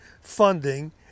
funding